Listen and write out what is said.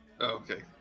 Okay